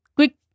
Quick